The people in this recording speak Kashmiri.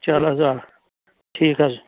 چَلو حظ آ ٹھیٖک حظ